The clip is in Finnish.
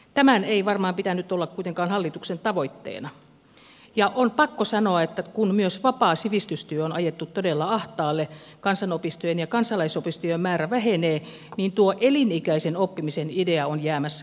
tämän ei varmaan pitänyt olla kuitenkaan hallituksen tavoitteena ja on pakko sanoa että kun myös vapaa sivistystyö on ajettu todella ahtaalle kansanopistojen ja kansalaisopistojen määrä vähenee tuo elinikäisen oppimisen idea on jäämässä kyllä haaveeksi